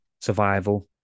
survival